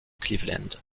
cleveland